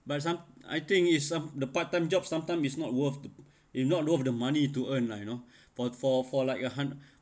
but some I think it's sum~ the part time jobs sometime is not worth it not worth the money to earn lah you know for for for like a hundred